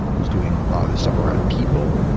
was doing a lot of this stuff around people,